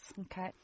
Okay